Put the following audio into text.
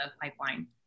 pipeline